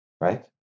right